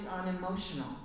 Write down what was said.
unemotional